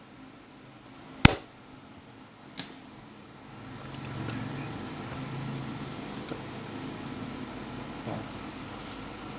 ah